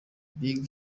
big